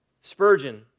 Spurgeon